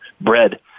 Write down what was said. bread